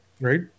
right